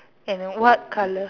and what colour